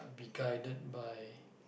be guided by